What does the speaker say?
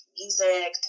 music